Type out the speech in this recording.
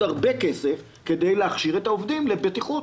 הרבה כסף כדי להכשיר את העובדים לבטיחות.